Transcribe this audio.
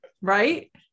right